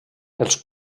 els